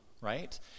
right